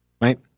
right